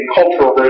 cultural